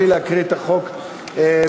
תן לי להקריא את החוק במדויק: